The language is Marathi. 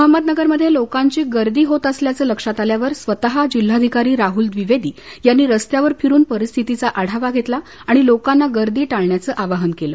अहमदनगरमध्ये लोकांची गर्दी होत असल्याचं लक्षात आल्यावर स्वतः जिल्हाधिकारी राहल द्विवेदी यांनी रस्त्यावर फिरून परिस्थितीचा आढावा घेतला आणि लोकांना गर्दी टाळण्याचं आवाहन केलं